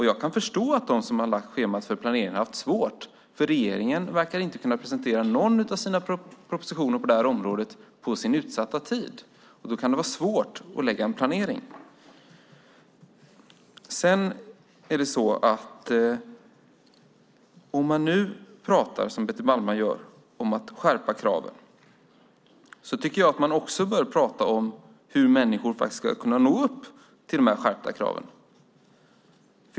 Jag kan förstå att de som har lagt schemat för planeringen har haft svårt att göra det, för regeringen verkar inte kunna presentera någon av sina propositioner på det här området på den utsatta tiden. Då kan det vara svårt att göra en planering. Om man nu pratar, som Betty Malmberg gör, om att skärpa kraven tycker jag att man också bör prata om hur människor ska kunna nå upp till de här skärpta kraven.